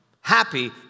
happy